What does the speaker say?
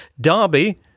Derby